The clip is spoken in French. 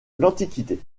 l’antiquité